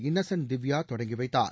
Innocent Divya தொடங்கி வைத்தார்